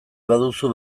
baduzu